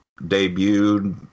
debuted